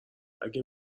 اگه